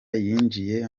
yinjiye